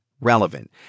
relevant